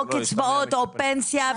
או קצבאות או פנסיה.